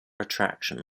attraction